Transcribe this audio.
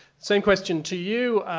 same question to you,